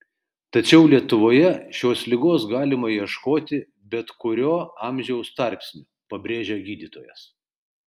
tačiau lietuvoje šios ligos galima ieškoti bet kuriuo amžiaus tarpsniu pabrėžia gydytojas